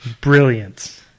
brilliant